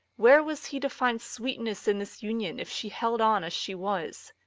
where was he to find sweetness in this union if she held on as she was?